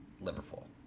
Liverpool